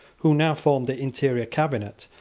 who now formed the interior cabinet,